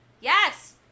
Yes